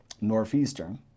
Northeastern